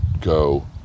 go